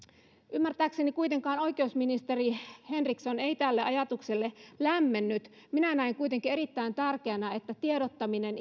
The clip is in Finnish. ymmärtääkseni kuitenkaan oikeusministeri henriksson ei tälle ajatukselle lämmennyt minä näen kuitenkin erittäin tärkeänä että tiedottaminen